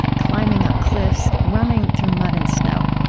climbing up cliffs, running through mud and snow.